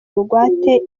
bugwate